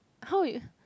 how you